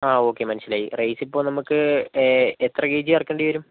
ആ ഓക്കെ മനസ്സിലായി റൈസ് ഇപ്പോൾ നമുക്ക് എ എത്ര കെ ജി ഇറക്കേണ്ടി വരും